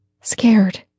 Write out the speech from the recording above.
Scared